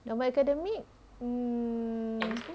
normal academic hmm